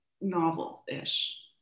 novel-ish